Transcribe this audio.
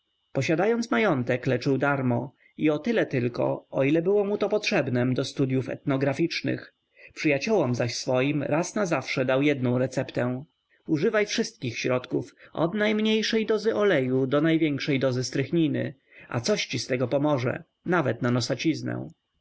posiadając majątek leczył darmo i o tyle tylko o ile było mu to potrzebnem do studyów etnograficznych przyjaciołom zaś swoim raz na zawsze dał jednę receptę używaj wszystkich środków od najmniejszej dozy oleju do największej dozy strychniny a coś ci z tego pomoże nawet na